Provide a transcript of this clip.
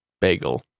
Bagel